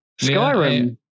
Skyrim